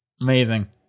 Amazing